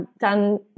done